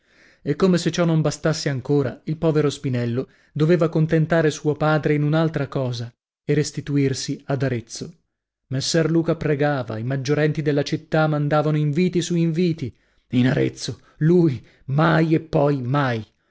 e come se ciò non bastasse ancora il povero spinello doveva contentare suo padre in un'altra cosa e restituirsi ad arezzo messer luca pregava i maggiorenti della città mandavano inviti su inviti in arezzo lui mai e poi mai